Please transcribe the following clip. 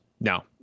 no